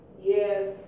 Yes